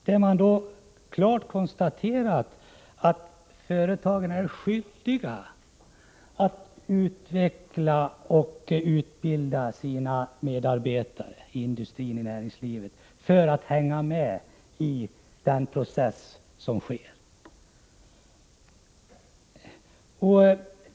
Det konstateras där klart att företagen är skyldiga att utveckla och utbilda sina medarbetare i industrin och i näringslivet i övrigt för att de skall kunna hänga med i den process som pågår.